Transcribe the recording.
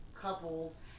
couples